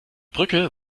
brücke